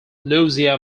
louisa